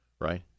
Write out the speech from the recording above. Right